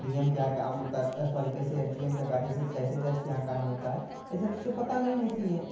D M के यहाँ काम होता है सॉरी कैसे एस डी एम के यहाँ कैसे जज के यहाँ काम होता है ये सब चीज़ें पता नहीं होती हैं